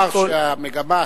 צריך לומר שהמגמה,